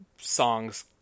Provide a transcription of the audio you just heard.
songs